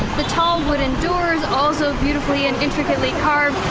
the tall wooden doors, also beautifully and intricately carved,